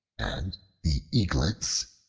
and the eaglets,